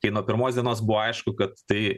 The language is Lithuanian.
tai nuo pirmos dienos buvo aišku kad tai